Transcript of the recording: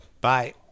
Bye